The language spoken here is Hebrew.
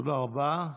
תודה רבה.